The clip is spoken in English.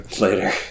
later